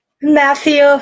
Matthew